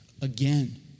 again